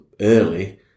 early